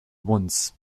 once